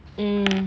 mm